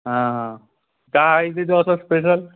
हां हां काय आहे तिथे असं स्पेशल